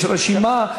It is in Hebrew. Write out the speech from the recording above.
יש רשימה.